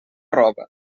roba